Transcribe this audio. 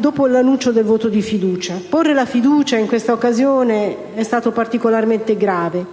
dopo l'annuncio del voto di fiducia. Porre la fiducia in questa occasione è stato particolarmente grave